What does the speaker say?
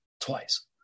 twice